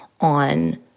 on